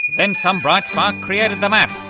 then some bright spark created the map.